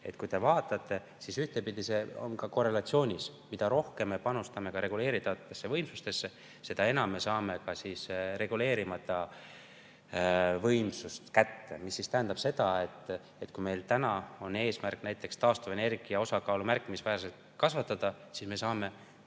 et kui te vaatate, siis ühtpidi see on korrelatsioonis: mida rohkem me panustame reguleeritavatesse võimsustesse, seda enam me saame reguleerimata võimsust kätte. Mis tähendab seda, et kui meil on eesmärk taastuvenergia osakaalu märkimisväärselt kasvatada, siis me saame